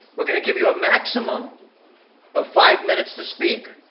we're going to give you a maximum of five minutes to speak.